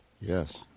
Yes